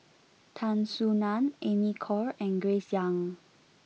Tan Soo Nan Amy Khor and Grace Young